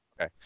Okay